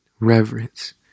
Reverence